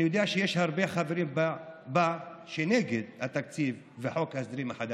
אני יודע שהרבה חברים בה הם נגד התקציב וחוק ההסדרים החדש.